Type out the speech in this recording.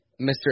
Mr